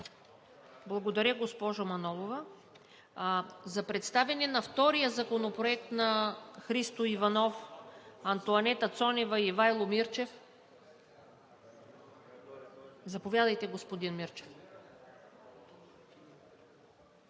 Благодаря, госпожо Манолова. За представяне на втория законопроект на Христо Иванов, Антоанета Цонева и Ивайло Мирчев? Заповядайте, господин Мирчев.